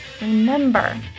remember